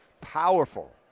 powerful